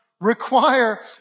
require